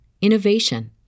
innovation